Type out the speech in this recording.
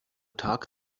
tag